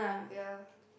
ya